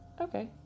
okay